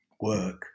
work